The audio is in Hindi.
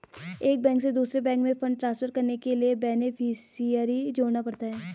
एक बैंक से दूसरे बैंक में फण्ड ट्रांसफर करने के लिए बेनेफिसियरी जोड़ना पड़ता है